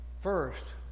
first